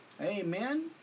Amen